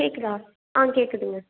கேட்குதா ஆ கேட்குதுங்க